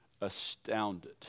astounded